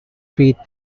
feet